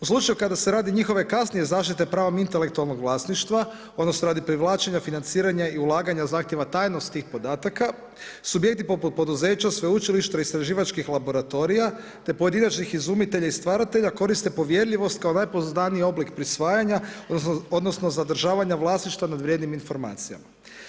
U slučaju kada se radi njihove kasnije zaštite prava intelektualnog vlasništva odnosno radi privlačenja financiranja i ulaganja zahtjeva tajnost tih podataka subjekti poput poduzeća, sveučilišta i istraživačkih laboratorija, te pojedinačnih izumitelja i stvaratelja koriste povjerljivost kao najpoznatiji oblik prisvajanja odnosno zadržavanja vlasništva nad vrijednim informacijama.